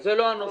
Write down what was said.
זה לא הנושא.